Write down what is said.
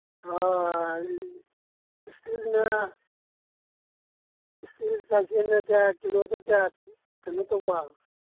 ꯏꯁꯇꯤꯜꯅ ꯏꯇꯤꯜ ꯆꯥꯏꯁꯦꯟꯅ ꯀꯌꯥ ꯀꯤꯂꯣꯗ ꯀꯌꯥ ꯀꯩꯅꯣ ꯇꯧꯕ